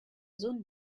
zone